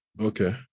Okay